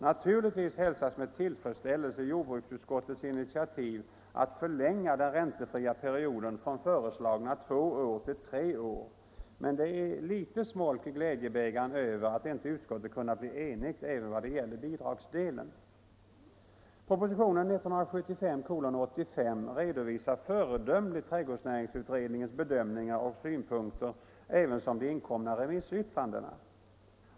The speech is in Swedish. Naturligtvis hälsas med tillfredsställelse jordbruksutskottets initiativ att förlänga den räntefria perioden från föreslagna två år till tre år, men det är litet smolk i glädjebägaren över att inte utskottet kunnat bli enigt även i vad gäller bidragsdelen. Propositionen 1975:85 redovisar föredömligt trädgårdsnäringsutredningens bedömningar och synpunkter ävensom de inkomna remissyttrandena.